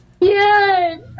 Yes